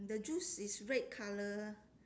the juice is red colour